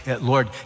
Lord